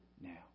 now